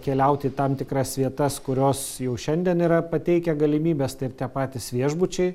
keliauti į tam tikras vietas kurios jau šiandien yra pateikę galimybes taip tie patys viešbučiai